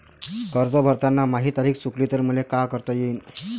कर्ज भरताना माही तारीख चुकली तर मले का करता येईन?